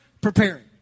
Preparing